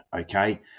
okay